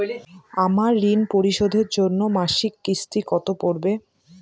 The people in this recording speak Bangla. আমার ঋণ পরিশোধের জন্য মাসিক কিস্তি কত পড়বে?